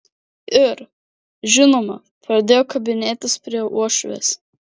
ir žinoma pradėjo kabinėtis prie uošvės